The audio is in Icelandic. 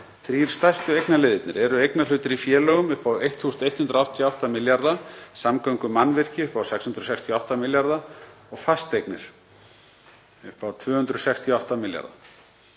Þrír stærstu eignaliðirnir eru eignarhlutir í félögum upp á 1.188 milljarða, samgöngumannvirki upp á 668 milljarða og fasteignir upp á 268 milljarða.